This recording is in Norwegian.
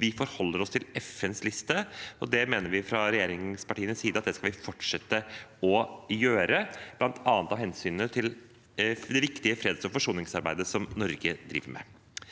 Vi forholder oss til FNs liste, og det mener vi fra regjeringspartienes side at vi skal fortsette å gjøre, bl.a. av hensyn til det viktige freds- og forsoningsarbeidet som Norge driver med.